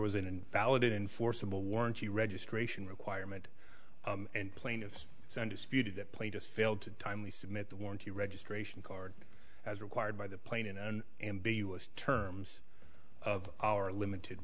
was an invalid enforceable warranty registration requirement and plaintiffs so undisputed that plane just failed to timely submit the warranty registration card as required by the plain and ambiguous terms of our limited